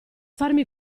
farmi